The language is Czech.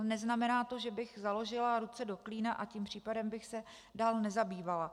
Neznamená to, že bych založila ruce do klína a tím případem se dál nezabývala.